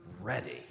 ready